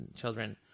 children